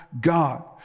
God